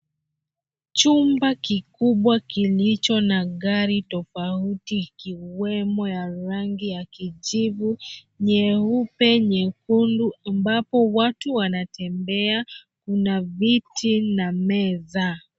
Chumba kikubwa kilicho na gari tofauti ikiwemo ya rangi ya kijivu, nyeupe, nyekundu ambapo watu wanatembea. Kuna viti na meza.